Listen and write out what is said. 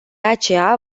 aceea